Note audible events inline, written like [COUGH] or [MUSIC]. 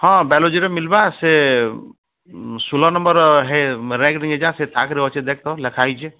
ହଁ ବାୟୋଲୋଜିର ମିଲ୍ବା ସେ ଷୋହଳ ନମ୍ବର୍ [UNINTELLIGIBLE] ଥାକରେ ଅଛି ଲେଖା ହେଇଛି